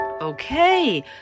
Okay